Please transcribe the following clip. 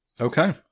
Okay